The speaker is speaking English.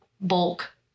bulk